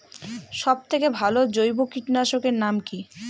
সব থেকে ভালো জৈব কীটনাশক এর নাম কি?